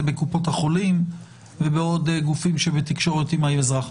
בקופות החולים ובעוד גופים שבתקשורת עם האזרח.